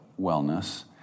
wellness